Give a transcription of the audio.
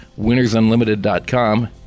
winnersunlimited.com